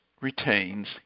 retains